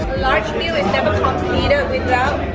lunch meal is never been um completed without